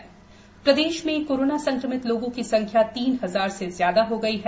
corona प्रदेश प्रदेश में कोरोना संक्रमित लोगों की संख्या तीन हजार से ज्यादा हो गई है